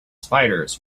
spiders